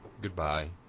Goodbye